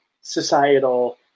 societal